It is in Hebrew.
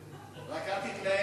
רק אל תתלהב,